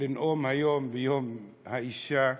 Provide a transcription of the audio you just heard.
לנאום היום ביום האישה,